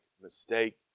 mistake